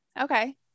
Okay